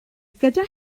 gyda